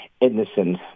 innocent